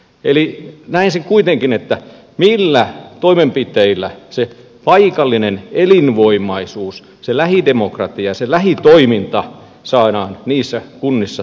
eli näen sen kuitenkin tärkeänä millä toimenpiteillä se paikallinen elinvoimaisuus se lähidemokratia se lähitoiminta saadaan niissä kunnissa toimimaan